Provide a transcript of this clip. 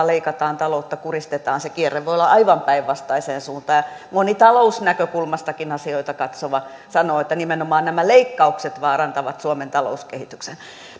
leikataan taloutta kuristetaan se kierre voi olla aivan päinvastaiseen suuntaan moni talousnäkökulmastakin asioita katsova sanoo että nimenomaan nämä leikkaukset vaarantavat suomen talouskehityksen